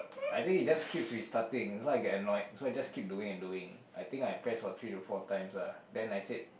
I think it just keep restarting so I got annoyed so I just keep doing and doing I think I press for three to four times ah then I said